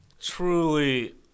truly